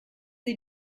sie